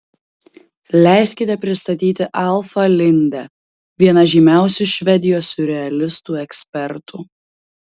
leiskite pristatyti alfą lindę vieną žymiausių švedijos siurrealistų ekspertų